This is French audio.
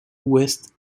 ouest